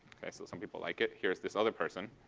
okay? so some people like it. here's this other person